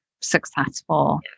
successful